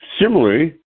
Similarly